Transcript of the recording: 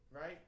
right